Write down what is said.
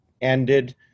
ended